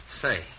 Say